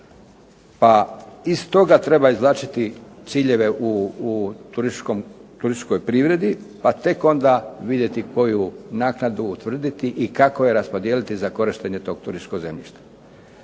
pa iz toga treba izvlačiti ciljeve u turističkoj privredi pa tek onda vidjeti koju naknadu utvrditi i kako je raspodijeliti za korištenje tog turističkog zemljišta.